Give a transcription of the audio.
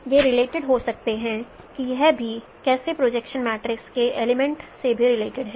वे related हो सकते हैं कि यह भी कैसे प्रोजेक्शन मैट्रीस के एलीमेंट से भी रिलेटेड है